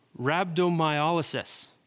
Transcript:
Rhabdomyolysis